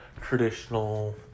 traditional